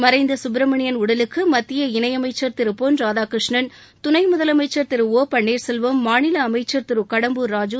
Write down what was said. மறைந்த கப்பிரமணியன் உடலுக்கு மத்திய இணையமைச்சர் திரு பொன்ராதாகிருஷ்ணன் துணை முதலமைச்சர் திரு ஓ பள்ளீர்செல்வம் மாநில அமைச்சர் திரு கடம்பூர் ராஜூ